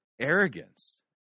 arrogance